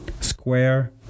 Square